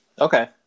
Okay